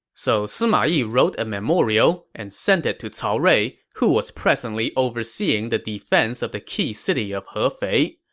so sima yi wrote a memorial and sent it to cao rui, who was presently overseeing the defense of the key city of hefei.